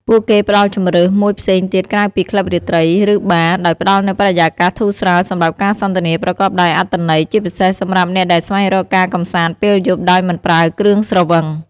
ពួកគេផ្តល់ជម្រើសមួយផ្សេងទៀតក្រៅពីក្លឹបរាត្រី ឬបារ ដោយផ្តល់នូវបរិយាកាសធូរស្រាលសម្រាប់ការសន្ទនាប្រកបដោយអត្ថន័យ ជាពិសេសសម្រាប់អ្នកដែលស្វែងរកការកម្សាន្តពេលយប់ដោយមិនប្រើគ្រឿងស្រវឹង។